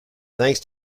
thanks